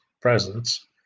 presence